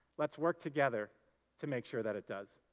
let's work together to make sure that it does.